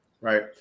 right